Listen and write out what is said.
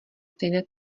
stejné